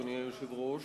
אדוני היושב-ראש,